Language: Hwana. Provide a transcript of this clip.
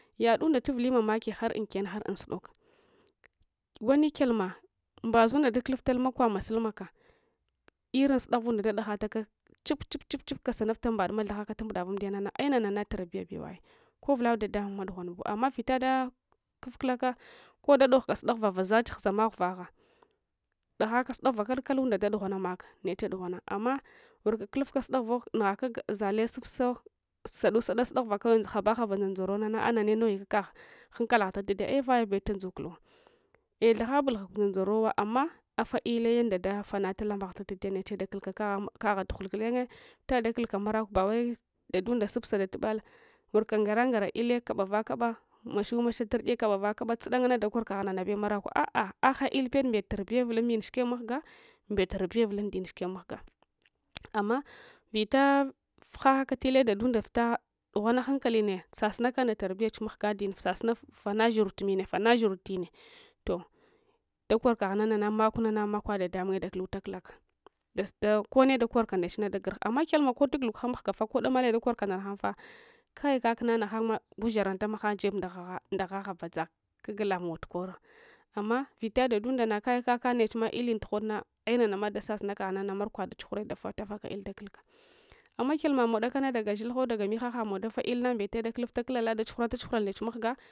Yadunda tuvuli mamaki har inkenn har unsudolkwani kyalma mbazuna dakuluftal makws masul malss lrin sudaghuvunds ɗaɗaghataka chub chub chub kascnufta mbadms thaghaka bumbudaf amdiyanans ai nanana tarbiys bewa ko uvwladadamung mah dugnwanbu amms vitada kufks-ulaka koda doghka sudaghuvs vazach ghuzama ghuvagha daghaka sudaghuva kallalunda ɗaɗuguwana makah neche dughwana amma warka kulufka sudaguuvo nughaka zalle supso sadusada sudaghuva kawai ghaba haba dzangdzarona ah’ nane noghi kakagh eh’ vayabetund zukulu eh’ thaghabul ghudzan gdzanowa amma afah ille yanda dafanata lambagh datadiyah neche dakulka kagha kagha dughul gulenye vita dakulka marakwe bawai dadunda supsadatubal warka ngara ngara ille ka bavakaba mashumasha ur’ye kavaba kaba tsudang ngana ɗakor kagh nanabemaraku a’a agha ill ped mbet tarbiye vulunmin shikeb mahga mbet tarbiye vulun din shikeb mahgra amma vita ghaghaka ille dadunda vlta dugwaga hankalinne sasunaka nda tarbiyach mahga dinne sasuna fanashiruwtu minne fanashiruwtu dinne toh’ ɗakor kagh nanana makwnanans makwa dadamungye dakululakulaka ɗasta konne dakorka nɗechna dagurgh amma kyalma kotuguluk hang mangafa ko damale ɗakorka ndanaghanfa kai kakna naghanma gusharana tamaghan jeb nd’agha habadsak kaglamow tukora amma vita ɗaɗundanakai kaka ilin tughodna ai nanama ɗasesunakaghma markwa dach ughure ɗafa tafaka il dakulkah amma kyalmamow dakana daga shilgho daga mihaghamow dafa ilna mbele dakulufta kulala ɗachughura tachughural ndech mahga